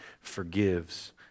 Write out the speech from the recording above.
forgives